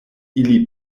ili